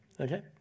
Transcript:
Okay